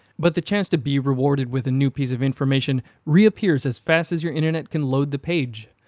but the chance to be rewarded with a new piece of information reappears as fast as your internet can load the page.